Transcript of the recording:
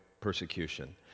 Persecution